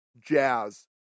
Jazz